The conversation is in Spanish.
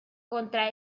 contra